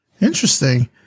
Interesting